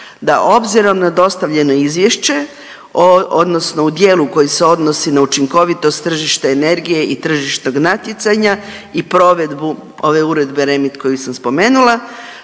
Da obzirom na dostavljeno izvješće odnosno u dijelu koji se odnosi na učinkovitost tržišta energije i tržišnog natjecanja i provedbu ove uredbe REMIT koju sam spomenula